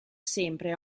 sempre